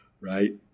right